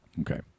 Okay